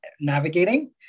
navigating